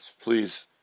please